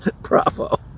Bravo